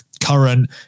current